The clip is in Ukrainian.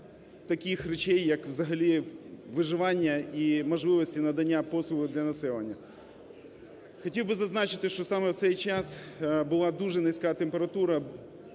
таких речей, як, взагалі, виживання і можливості надання послуг для населення. Хотів би зазначити, що саме в цей час була дуже низька температура,